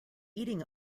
eating